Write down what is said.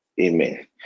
Amen